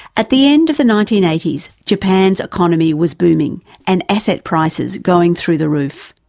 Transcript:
at the end of the nineteen eighty s, japan's economy was booming and asset prices going through the roof.